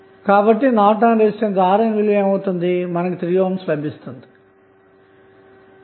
కాబట్టి Norton resistance RNవిలువ మనకు 3 ohm లభిస్తుందన్నమాట